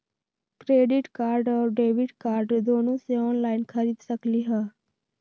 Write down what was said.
Credit card और debit card दोनों से ऑनलाइन खरीद सकली ह?